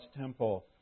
temple